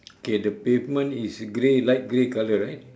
okay the pavement is grey light grey colour right